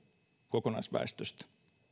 kokonaisväestöstä